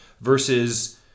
versus